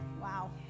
Wow